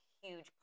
huge